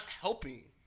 helping